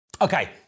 Okay